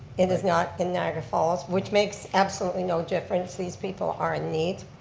it is not in niagara falls. which makes absolutely no difference, these people are in need.